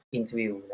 Interview